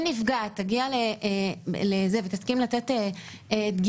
אם נפגעת תגיע לזה ותסכים לתת דגימה,